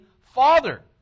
father